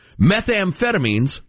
Methamphetamines